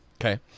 Okay